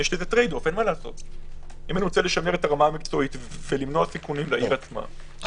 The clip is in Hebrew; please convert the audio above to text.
אם אני רוצה לשמר את הרמה המקצועית ולמנוע סיכונים לעיר עצמה,